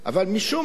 אבל משום מה,